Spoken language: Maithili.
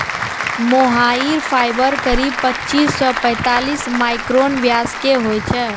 मोहायिर फाइबर करीब पच्चीस सॅ पैतालिस माइक्रोन व्यास के होय छै